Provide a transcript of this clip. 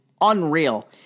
unreal